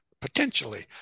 potentially